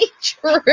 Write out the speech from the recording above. true